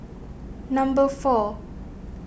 number four